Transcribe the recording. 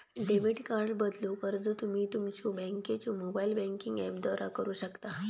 debit card बदलूक अर्ज तुम्ही तुमच्यो बँकेच्यो मोबाइल बँकिंग ऍपद्वारा करू शकता